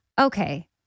okay